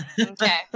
Okay